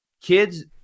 kids –